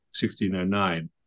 1609